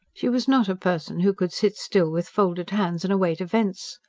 she was not a person who could sit still with folded hands and await events.